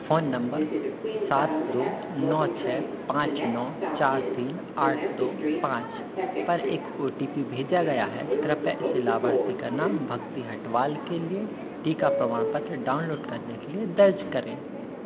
phone number सात दो नौ छः पाँच नौ चार तीन आठ दो पाँच पर एक ओ टी पी भेजा गया है कृपया इसे लाभार्थी नाम भक्ति हटवाल के लिए टीका प्रमाणपत्र डाउनलोड करने के लिए दर्ज करें